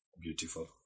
beautiful